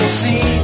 see